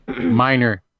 minor